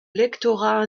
lectorat